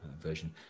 version